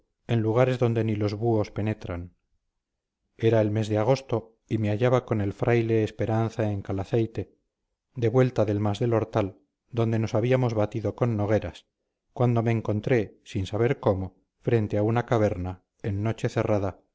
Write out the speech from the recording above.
en lugares adonde ni los búhos penetran era el mes de agosto y me hallaba con el fraile esperanza en calaceite de vuelta del mas del hortal donde nos habíamos batido con nogueras cuando me encontré sin saber cómo frente a una caverna en noche cerrada